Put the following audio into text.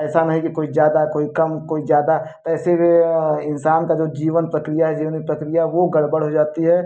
ऐसा नहीं कि कोई ज़्यादा कोई कम कोई ज़्यादा ऐसे में इंसान का जो जीवन प्रक्रिया है जीवन प्रक्रिया वो गड़बड़ हो जाती है